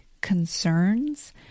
concerns